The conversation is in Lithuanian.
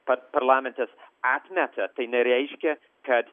pats parlamentas atmeta tai nereiškia kad